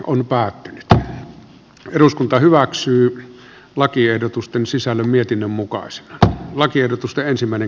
on päättänyt eduskunta hyväksyy lakiehdotusten sisällön mietinnön mukaiset pois suomesta